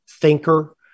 thinker